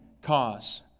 cause